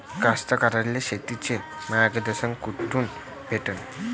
कास्तकाराइले शेतीचं मार्गदर्शन कुठून भेटन?